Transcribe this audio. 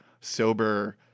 sober